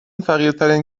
فقیرترین